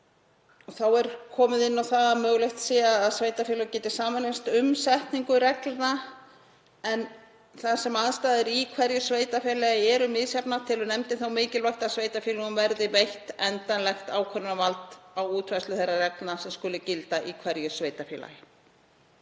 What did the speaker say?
Þá er komið inn á það að mögulegt sé að sveitarfélög geti sameinast um setningu reglna en þar sem aðstæður í hverju sveitarfélagi eru misjafnar telur nefndin þó mikilvægt að sveitarfélögum verði veitt endanlegt ákvörðunarvald á útfærslu þeirra reglna sem skulu gilda í hverju sveitarfélagi.